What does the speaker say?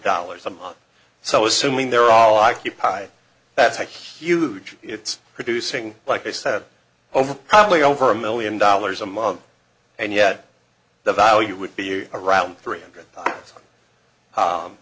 dollars a month so assuming they're all occupied that's a huge it's producing like i said over probably over a million dollars a month and yet the value would be around three hundred